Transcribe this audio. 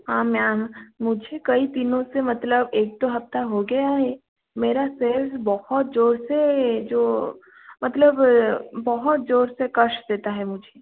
हाँ मैम मुझे कई दिनों से मतलब एक दो हफ़्ता हो गया है मेरा सिर बहुत ज़ोर से जो मतलब बहुत ज़र से कष्ट देता है मुझे